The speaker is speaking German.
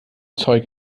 zeug